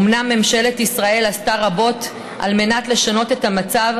אומנם ממשלת ישראל עשתה רבות על מנת לשנות את המצב,